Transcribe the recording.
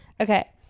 Okay